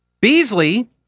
Beasley